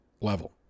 level